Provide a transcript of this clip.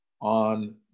on